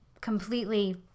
completely